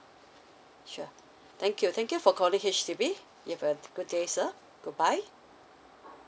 sure thank you thank you for calling H_D_B you have a good day sir goodbye